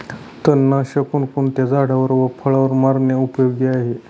तणनाशक कोणकोणत्या झाडावर व फळावर मारणे उपयोगी आहे?